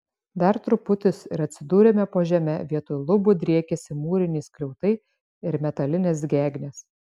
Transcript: dar truputis ir atsidūrėme po žeme vietoj lubų driekėsi mūriniai skliautai ir metalinės gegnės